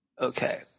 Okay